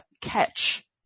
catch